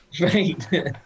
Right